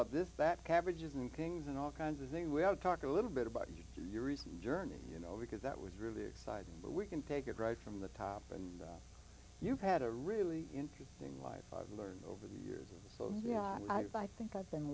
but this that cabbages and kings and all kinds of thing we have to talk a little bit about you to your reason journey you know because that was really exciting but we can take it right from the top and you've had a really interesting life i've learned over the years so yeah i think i've been